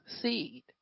seed